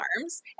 arms